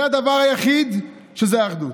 זה הדבר היחיד שבו יש אחדות.